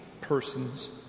persons